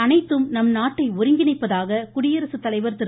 அனைத்தும் நம் நாட்டை ஒருங்கிணைப்பதாக குடியரசுத்தலைவர் திரு